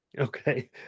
Okay